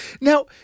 Now